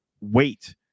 Wait